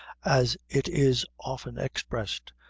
as it is often expressed,